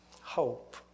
hope